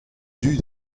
dud